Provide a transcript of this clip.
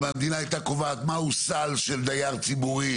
אם המדינה הייתה קובעת מהו סל של דייר ציבורי,